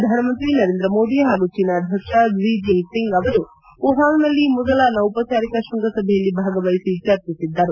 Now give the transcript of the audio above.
ಪ್ರಧಾನ ಮಂತ್ರಿ ನರೇಂದ್ರ ಮೋದಿ ಹಾಗೂ ಚೀನಾ ಅಧ್ಯಕ್ಷ ಕ್ಲಿಜಿಂಗ್ಪಿಂಗ್ ಅವರು ವುಪಾಂಗ್ನಲ್ಲಿ ಮೊದಲ ಅನೌಪಚಾರಿಕ ಶ್ವಂಗಸಭೆಯಲ್ಲಿ ಭಾಗವಹಿಸಿ ಚರ್ಚಿಸಿದ್ದರು